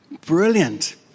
Brilliant